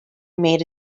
made